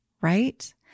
right